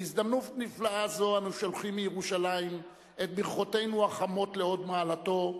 בהזדמנות נפלאה זו אנו שולחים מירושלים את ברכותינו החמות להוד מעלתו,